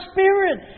Spirit